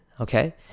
okay